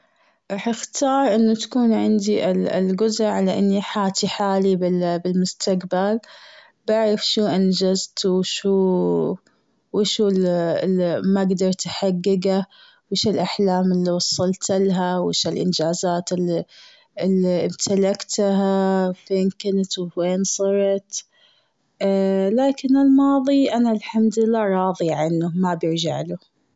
راح اختار إنو تكون عندي ال- القدرة اني احاكي حالي بالمستقبل. بعرف شو انجزت و شو- و شو ال-الما قدرت احققه. وش الأحلام اللي وصلت لها؟ وش الانجازات اللي- اللي امتلكتها فين كنت؟ فين وصلت؟ لكن الماضي أنا الحمد لله راضية عنه ما برجع له.